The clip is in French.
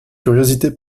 curiosité